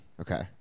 Okay